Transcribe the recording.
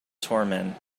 torment